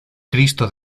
cristo